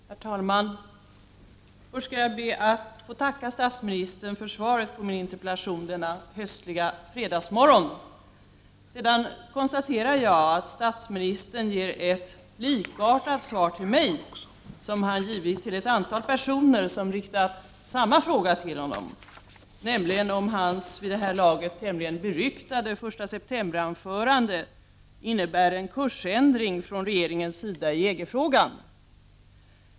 Herr talman! Först skall jag be att få tacka statsministern för svaret på min interpellation denna höstliga fredagsmorgon. Jag konstaterar att statsministern ger ett likartat svar till mig som han givit till ett antal personer som riktat samma fråga till honom, nämligen om hans vid det här laget tämligen beryktade första september-anförande innebär en kursändring från regeringens sida i EG-frågan.